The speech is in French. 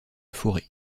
fauré